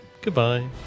Goodbye